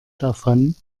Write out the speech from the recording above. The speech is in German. davon